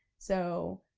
so,